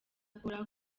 akora